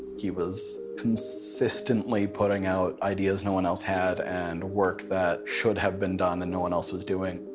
he was consistently putting out ideas no one else had and work that should have been done and no one else was doing.